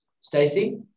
Stacey